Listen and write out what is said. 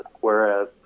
whereas